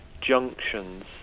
junctions